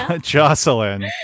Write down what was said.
Jocelyn